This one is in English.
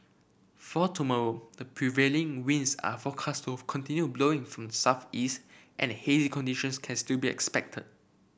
for tomorrow the prevailing winds are forecast of continue blowing from the southeast and hazy conditions can still be expected